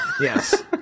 Yes